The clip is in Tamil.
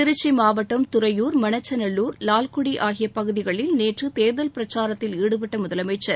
திருச்சி மாவட்டம் துறையூர் மணச்சநல்லூர் லால்குடி ஆகிய பகுதிகளில் நேற்று தேர்தல் பிரச்சாரத்தில் ஈடுபட்ட முதலமைச்சர்